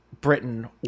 Britain